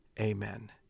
Amen